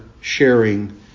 sharing